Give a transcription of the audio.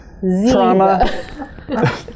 trauma